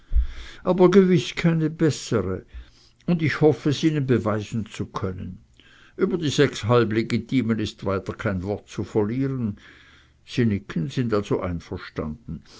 aber gewiß keine bessere und ich hoff es ihnen beweisen zu können über die sechs halblegitimen ist weiter kein wort zu verlieren sie nicken sind also einverstanden